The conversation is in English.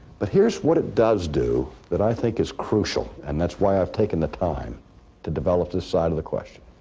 but here's what it does do that i think is crucial, and that's why i've taken the time to develop this side of the question